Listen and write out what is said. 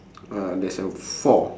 uh there's uh four